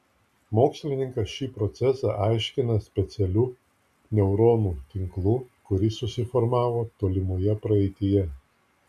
mokslininkas šį procesą aiškina specialiu neuronų tinklu kuris susiformavo tolimoje praeityje